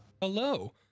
Hello